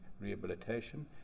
rehabilitation